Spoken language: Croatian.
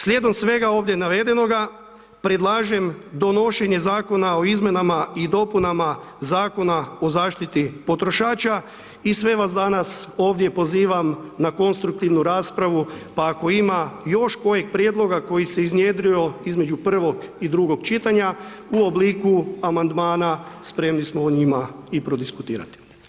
Slijedom svega ovdje navedenoga, predlažem donošenje zakona o izmjenama i dopunama Zakona o zaštiti potrošača i sve vas danas ovdje pozivam na konstruktivnu raspravu pa ako ima još kojeg prijedloga koji se iznjedrio između prvog i drugog čitanja, u obliku amandmana spremni smo o njima i prodiskutirati.